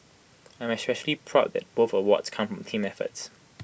I am especially proud that both awards come from team efforts